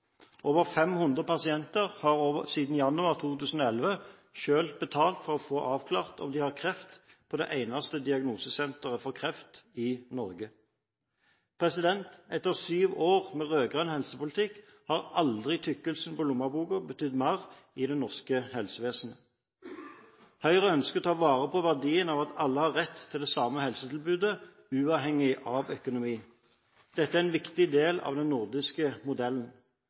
har over 500 pasienter selv betalt for å få avklart, på det eneste diagnosesenteret for kreft i Norge, om de har kreft. Etter syv år med rød-grønn helsepolitikk har aldri tykkelsen på lommeboken betydd mer i det norske helsevesenet. Høyre ønsker å ta vare på den verdien at alle har rett til det samme helsetilbudet, uavhengig av økonomi. Det er en viktig del av den nordiske modellen.